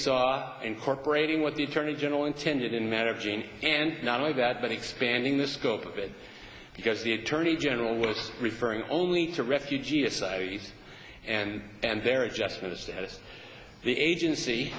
saw incorporating what the attorney general intended in matter of jean and not only that but expanding the scope of it because the attorney general was referring only to refugee aside ease and and there adjustment status the agency